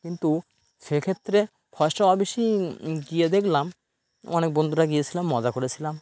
কিন্তু সেক্ষেত্রে ফার্স্টে অফিসে গিয়ে দেখলাম অনেক বন্ধুরা গিয়েছিলাম মজা করেছিলাম